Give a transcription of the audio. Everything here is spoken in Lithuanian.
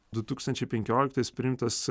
du tūkstančiai penkioliktais priimtas